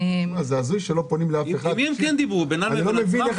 עם מי הם כן דיברו, בינם לבין עצמם?